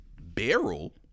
barrel